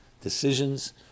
decisions